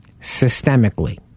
systemically